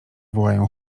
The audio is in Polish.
wołają